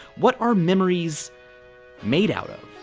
what are memories made out of?